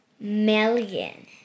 million